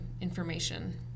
information